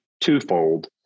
twofold